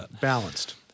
balanced